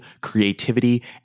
creativity